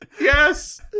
Yes